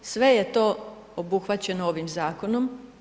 Sve je to obuhvaćeno ovim zakonom.